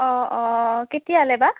অঁ অঁ কেতিয়ালৈ বা